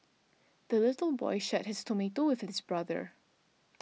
the little boy shared his tomato with his brother